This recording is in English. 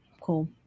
cool